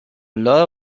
lot